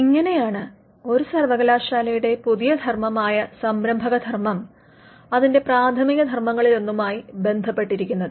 ഇങ്ങെനെയാണ് ഒരു സർവകലാശാലയുടെ പുതിയ ധർമ്മമായ സംരംഭകധർമ്മം അതിന്റെ പ്രാഥമിക ധർമങ്ങളിലൊന്നുമായി ബന്ധപ്പെട്ടിരിക്കുന്നത്